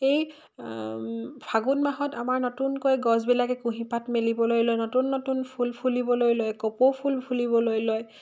এই ফাগুণ মাহত আমাৰ নতুনকৈ গছবিলাকে কুঁহিপাত মেলিবলৈ লয় নতুন নতুন ফুল ফুলিবলৈ লয় কপৌ ফুল ফুলিবলৈ লয়